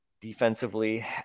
defensively